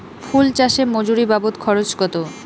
ফুল চাষে মজুরি বাবদ খরচ কত?